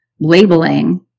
labeling